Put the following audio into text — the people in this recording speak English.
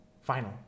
final